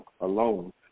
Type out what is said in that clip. alone